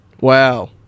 Wow